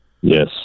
Yes